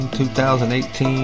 2018